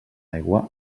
aigua